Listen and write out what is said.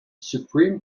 supreme